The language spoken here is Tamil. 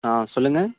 ஆ சொல்லுங்கள்